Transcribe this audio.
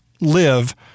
live